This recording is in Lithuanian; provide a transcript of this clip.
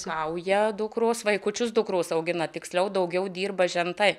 ūkininkauja dukros vaikučius dukros augina tiksliau daugiau dirba žentai